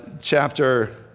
chapter